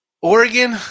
Oregon